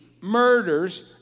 murders